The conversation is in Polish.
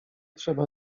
trzeba